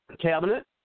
cabinet